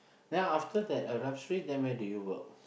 then after that Arab-Street then where did you work